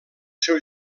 seu